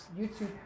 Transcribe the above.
YouTube